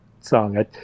song